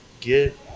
get